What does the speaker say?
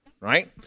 right